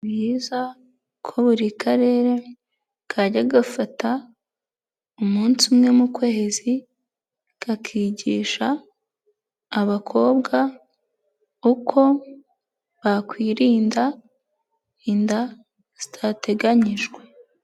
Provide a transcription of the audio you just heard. Ni byiza ko buri karere kajya gafata umunsi umwe mu kwezi kakigisha abakobwa uko bakwirinda inda zitateganyijwe.